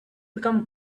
become